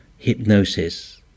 hypnosis